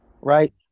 Right